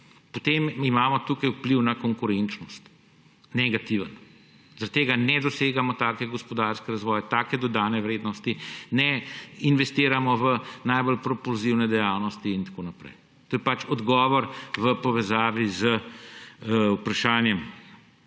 potem imamo tukaj negativen vpliv na konkurenčnost. Zaradi tega ne dosegamo takega gospodarskega razvoja, take dodane vrednosti, ne investiramo v najbolj propulzivne dejavnosti in tako naprej. To je odgovor v povezavi z vprašanjem